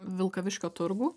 vilkaviškio turgų